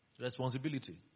responsibility